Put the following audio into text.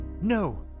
No